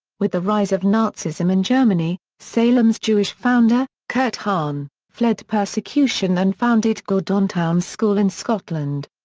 with the rise of nazism in germany, salem's jewish founder, kurt hahn, fled persecution and founded gordonstoun school in scotland.